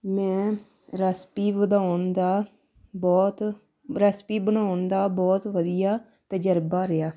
ਮੈਂ ਰੈਸਪੀ ਵਧਾਉਣ ਦਾ ਬਹੁਤ ਰੈਸਪੀ ਬਣਾਉਣ ਦਾ ਬਹੁਤ ਵਧੀਆ ਤਜਰਬਾ ਰਿਹਾ